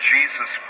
Jesus